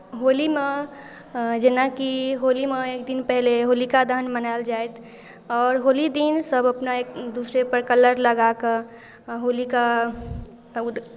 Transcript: होलीमे जेनाकि होलीमे एक दिन पहिले होलिका दहन मनायल जाइत आओर होली दिन सभ अपना एक दूसरेपर कलर लगा कऽ होलिका ओ